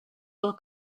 will